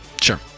Sure